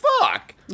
fuck